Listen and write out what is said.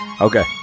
Okay